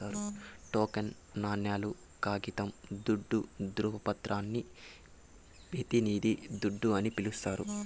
token నాణేలు, కాగితం దుడ్డు, దృవపత్రాలని పెతినిది దుడ్డు అని పిలిస్తారు